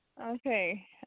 Okay